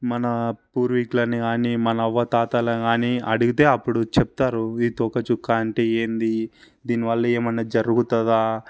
మన పూర్వీకులను గానీ మన అవ్వాతాతలను గానీ అడిగితే అప్పుడు చెప్తారు ఈ తోకచుక్క అంటే ఏంటి దీని వల్ల ఏమన్నా జరుగుతుందా